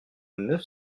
neuf